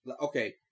Okay